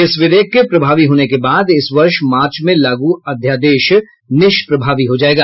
इस विधेयक के प्रभावी होने के बाद इस वर्ष मार्च में लागू अध्यादेश निष्प्रभावी हो जाएगा